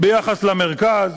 במרכז.